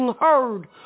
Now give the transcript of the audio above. heard